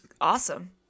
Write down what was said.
awesome